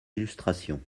illustration